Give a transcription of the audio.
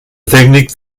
tècnic